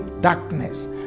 darkness